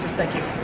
thank you.